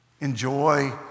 enjoy